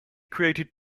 created